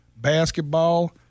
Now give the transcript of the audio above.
basketball